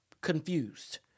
confused